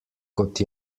kot